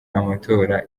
amatora